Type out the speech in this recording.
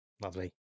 Lovely